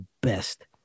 best